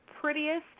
prettiest